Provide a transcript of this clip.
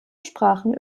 sprachen